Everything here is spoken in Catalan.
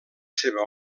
seva